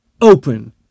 open